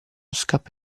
scappa